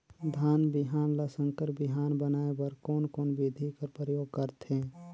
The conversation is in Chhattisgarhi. धान बिहान ल संकर बिहान बनाय बर कोन कोन बिधी कर प्रयोग करथे?